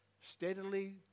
steadily